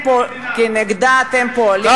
שנגדה אתם פועלים,